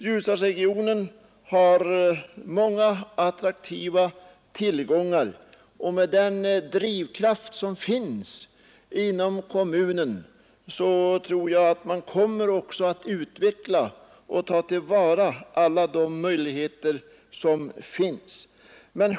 Ljusdalsregionen har många attraktiva tillgångar, och med den drivkraft som finns inom kommunen tror jag att man också kommer att utveckla och ta till vara alla möjligheter.